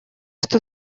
что